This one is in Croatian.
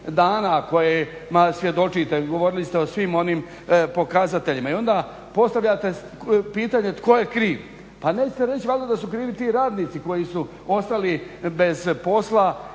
dana kojima svjedočite. Govorili ste o svim onim pokazateljima. I onda postavljate pitanje tko je kriv? Pa nećete reći da su krivi ti radnici koji su ostali bez posla